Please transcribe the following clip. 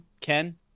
Ken